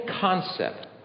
concept